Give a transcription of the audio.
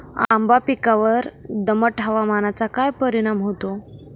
आंबा पिकावर दमट हवामानाचा काय परिणाम होतो?